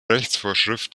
rechtsvorschrift